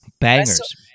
Bangers